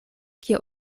kio